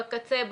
בקצה,